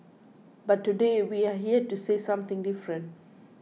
but today we're here to say something different